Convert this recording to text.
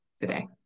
today